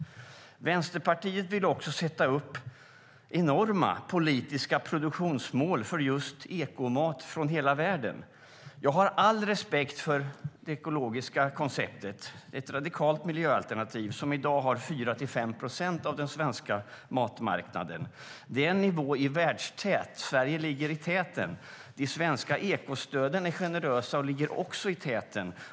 Vänsterpartiet vill också sätta upp enorma politiska produktionsmål för just ekomat från hela världen. Jag har all respekt för det ekologiska konceptet. Det är ett radikalt miljöalternativ som i dag har 4-5 procent av den svenska matmarknaden. Det är en nivå i världstäten. Sverige ligger i täten. De svenska ekostöden är generösa och ligger också i täten.